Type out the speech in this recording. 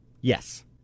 Yes